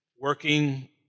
working